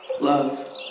Love